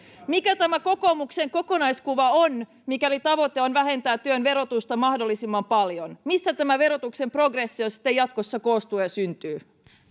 mikä tämä kokoomuksen kokonaiskuva on mikäli tavoite on vähentää työn verotusta mahdollisimman paljon missä verotuksen progressio sitten jatkossa koostuu ja syntyy